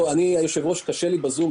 היושב-ראש, קשה לי בזום.